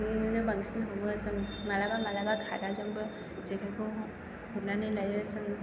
नो बांसिन हमो जों माब्लाबा माब्लाबा खादाजोंबो जेखायखौ हमनानै लायो जों